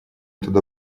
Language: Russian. туда